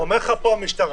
אומרת לך פה המשטרה,